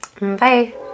Bye